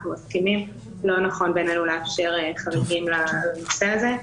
אנחנו מסכימים ואכן לא נכון בעינינו לאפשר חריגים למתווה הזה.